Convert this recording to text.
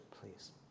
please